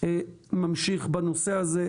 ממשיך בנושא הזה.